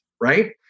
right